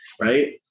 right